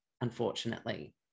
unfortunately